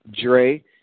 Dre